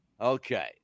Okay